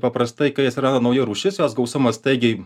paprastai kai atsiranda nauja rūšis jos gausumas staigiai